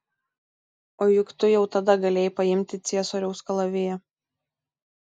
o juk tu jau tada galėjai paimti ciesoriaus kalaviją